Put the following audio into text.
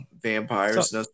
vampires